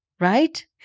Right